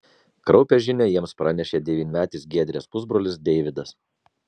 kraupią žinią jiems pranešė devynmetis giedrės pusbrolis deividas